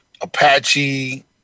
Apache